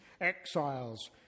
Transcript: exiles